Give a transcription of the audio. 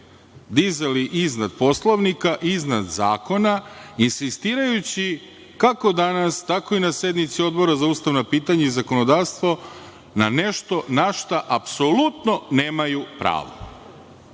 dizali iznad Poslovnika, iznad zakona, insistirajući kako danas, tako i na sednici Odbora za ustavna pitanja i zakonodavstvo, na nešto na šta apsolutno nemaju pravo.